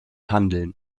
handeln